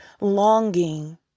longing